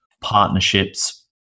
partnerships